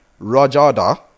Rajada